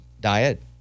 diet